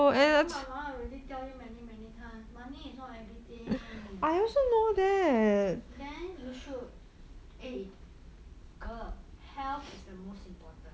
baba mama already tell you many many times money is not everything then you should eh girl health is the most important